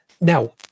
Now